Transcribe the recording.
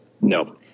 No